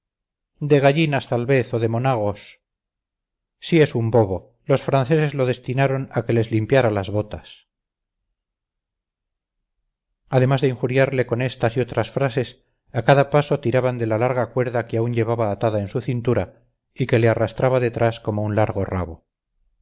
de gallinas tal vez o de monagos si es un bobo los franceses lo destinaron a que les limpiara las botas además de injuriarle con estas y otras frases a cada paso tiraban de la larga cuerda que aún llevaba atada en su cintura y que le arrastraba detrás como un largo rabo